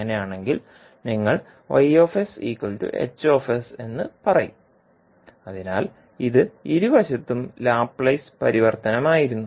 അങ്ങനെയാണെങ്കിൽ നിങ്ങൾ എന്ന് പറയും അതിനാൽ ഇത് ഇരുവശത്തും ലാപ്ലേസ് പരിവർത്തനമായിരുന്നു